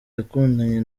yakundanye